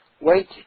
Wait